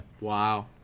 Wow